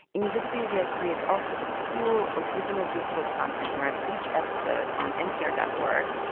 invisibilia creates all sorts of cool original digital content around each episode on npr dot org.